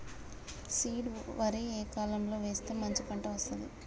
Seed వరి ఏ కాలం లో వేస్తే మంచి పంట వస్తది?